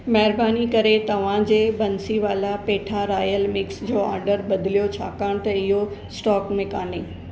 महिरबानी करे तव्हांजे बंसीवाला पेठा रायल मिक्स जो आडर बदलियो छाकाणि त इहो स्टॉक में कान्हे